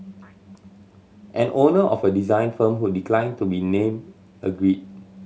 an owner of a design firm who declined to be name agreed